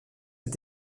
est